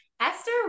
Esther